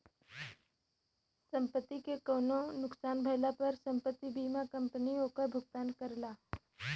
संपत्ति के कउनो नुकसान भइले पर संपत्ति बीमा कंपनी ओकर भुगतान करला